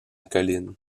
colline